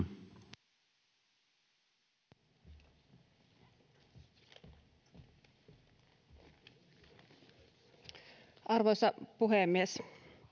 arvoisa puhemies